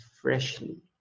freshly